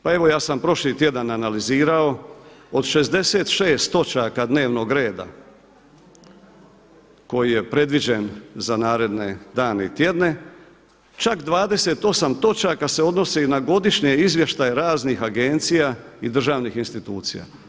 Pa evo ja sam prošli tjedan analizirao od 66 točaka dnevnog reda koji je predviđen za naredne dane i tjedne, čak 28 točaka se odnosi na Godišnje izvještaje raznih agencija i državnih institucija.